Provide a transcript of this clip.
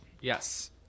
yes